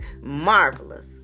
marvelous